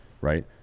right